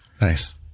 nice